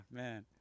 man